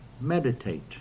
meditate